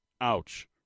Ouch